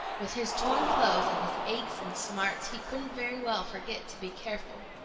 with his torn clothes and his aches and smarts he couldn't very well forget to be careful.